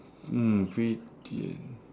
mm pettiest